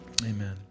Amen